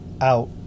out